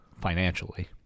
financially